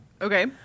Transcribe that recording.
Okay